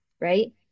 right